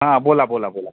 हां बोला बोला बोला